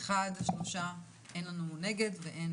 הצבעה בעד, רוב נגד, אין